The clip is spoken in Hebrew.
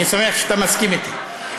אני שמח שאתה מסכים איתי.